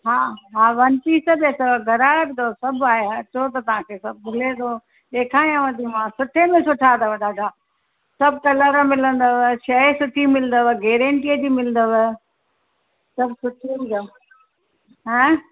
हा one piece बि अथव घरारा बि अथव सभु आहे यार चव त तव्हां खे सभु मिले थो ॾेखारियां थी मां सुठे सुठे में अथव ॾाढा सभु कलर मिलंदो शइ सुठी मिलंदो गेरेंटीअ जी मिलंदव सभु सुठी हूंदी आहे हा